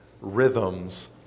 Rhythms